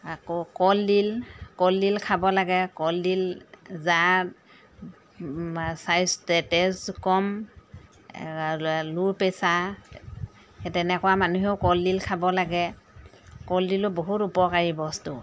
আকৌ কলডিল কলডিল খাব লাগে কলডিল যাৰ তেজ কম লোৰ পেচাৰ সেই তেনেকুৱা মানুহেও কলডিল খাব লাগে কলডিলো বহুত উপকাৰী বস্তু